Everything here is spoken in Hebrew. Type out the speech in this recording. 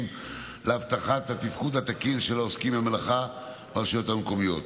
להבטחת התפקוד התקין של העוסקים במלאכה ברשויות המקומיות.